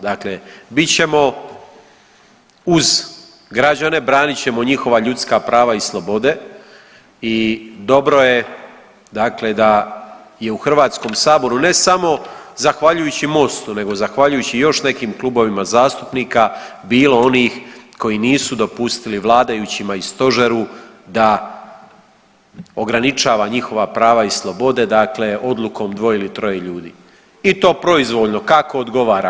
Dakle, bit ćemo uz građane, branit ćemo njihova ljudska prava i slobode i dobro je dakle da je u Hrvatskom saboru, ne samo zahvaljujući MOST-u nego zahvaljujući i još nekim klubovima zastupnika bilo onih koji nisu dopustili vladajućima i stožeru da ograničava njihova prava i slobode, dakle odlukom dvoje ili troje ljudi i to proizvoljno kako odgovara.